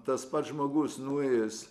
tas pats žmogus nuėjęs